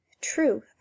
true